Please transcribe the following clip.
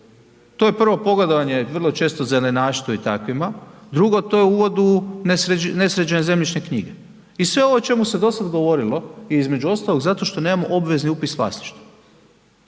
To je prvo pogodovanje, vrlo često zelenaštvu i takvima, drugo, to je uvod u nesređene zemljišne knjige. I sve ovo o čemu se dosad govorilo i između ostalog zato što nemamo obvezni upis vlasništva.